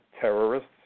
terrorists